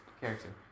Character